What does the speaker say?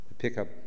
pickup